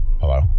Hello